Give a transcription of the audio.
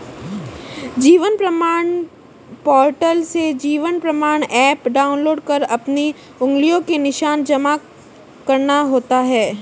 जीवन प्रमाण पोर्टल से Jeevan Pramaan app download कर अपनी उंगलियों के निशान जमा करना होता है